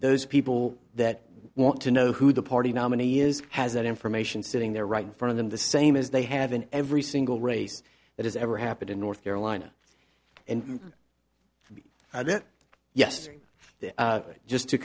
those people that want to know who the party nominee is has that information sitting there right in front of them the same as they have in every single race that has ever happened in north carolina and i did it yesterday just to